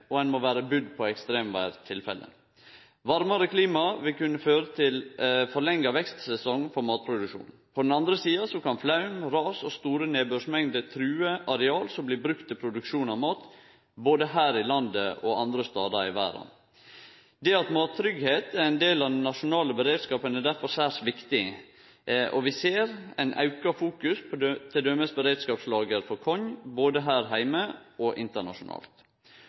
og ein må vere budd på ekstremvêrtilfelle. Varmare klima vil kunne føre til forlengja vekstsesong for matproduksjonen. På den andre sida kan flaum, ras og store nedbørsmengder true areal som blir brukte til produksjon av mat, både her i landet og andre stader i verda. At mattryggleik er ein del av den nasjonale beredskapen, er derfor særs viktig. Vi ser auka fokusering på t.d. beredskapslager for korn, både her heime og internasjonalt.